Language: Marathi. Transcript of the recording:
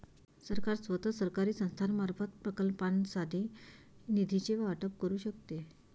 सरकार स्वतः, सरकारी संस्थांमार्फत, प्रकल्पांसाठी निधीचे वाटप करू शकते